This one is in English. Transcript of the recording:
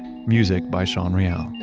music by sean real.